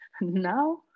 Now